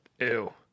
Ew